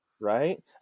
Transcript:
right